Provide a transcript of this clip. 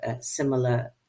similar